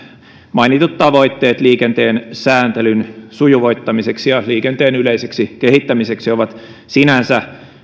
mainitut tavoitteet liikenteen sääntelyn sujuvoittamiseksi ja liikenteen yleiseksi kehittämiseksi ovat sinänsä